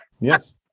Yes